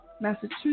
Massachusetts